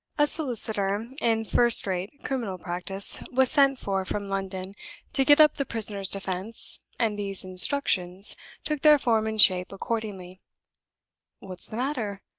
a solicitor in first-rate criminal practice was sent for from london to get up the prisoner's defense, and these instructions took their form and shape accordingly what's the matter?